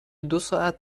دوساعت